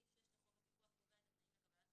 סעיף 6 לחוק הפיקוח קובע את התנאים לקבלת